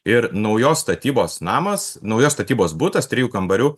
ir naujos statybos namas naujos statybos butas trijų kambarių